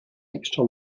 extra